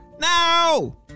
now